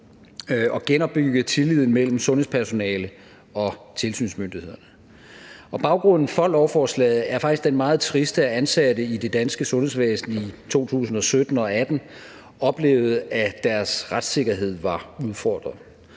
og genopbygge tilliden mellem sundhedspersonale og tilsynsmyndigheder. Baggrunden for lovforslaget er faktisk den meget triste, at ansatte i det danske sundhedsvæsen i 2017 og 2018 oplevede, at deres retssikkerhed var udfordret.